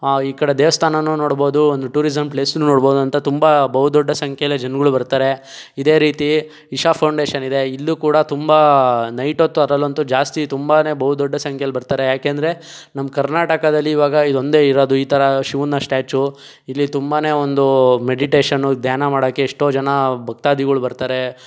ಈ ಕಡೆ ದೇವಸ್ಥಾನವೂ ನೋಡಬಹುದು ಒಂದು ಟೂರಿಸಂ ಪ್ಲೇಸ್ನು ನೋಡಬಹುದು ಅಂತ ತುಂಬ ಬಹುದೊಡ್ಡ ಸಂಖ್ಯೆಯಲ್ಲೇ ಜನಗಳು ಬರ್ತಾರೆ ಇದೇ ರೀತಿ ಇಶಾ ಫೌಂಡೇಶನ್ ಇದೆ ಇಲ್ಲೂ ಕೂಡ ತುಂಬ ನೈಟ್ ಹೊತ್ತು ಅದ್ರಲ್ಲಂತೂ ಜಾಸ್ತಿ ತುಂಬನೇ ಬಹುದೊಡ್ಡ ಸಂಖ್ಯೆಯಲ್ಲಿ ಬರ್ತಾರೆ ಯಾಕೆ ಅಂದರೆ ನಮ್ಮ ಕರ್ನಾಟಕದಲ್ಲಿ ಇವಾಗ ಇದೊಂದೇ ಇರೋದು ಈ ಥರ ಶಿವನ ಸ್ಟ್ಯಾಚು ಇಲ್ಲಿ ತುಂಬನೇ ಒಂದು ಮೆಡಿಟೇಶನ್ನು ಧ್ಯಾನ ಮಾಡೋಕ್ಕೆ ಎಷ್ಟೋ ಜನ ಭಕ್ತಾದಿಗಳು ಬರ್ತಾರೆ